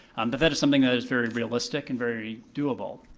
um but that is something that is very realistic and very doable.